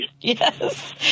yes